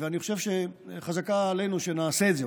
ואני חושב שחזקה עלינו שנעשה את זה,